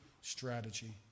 strategy